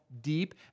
deep